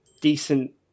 decent